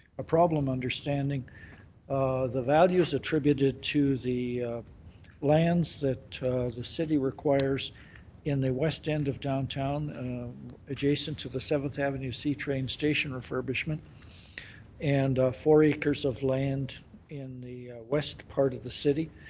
ah problem understanding the values attributed to the lands that the city requires in the west end of downtown adjacent to the seven avenue c-train station refurbishment and four acres of land in the west part of the city.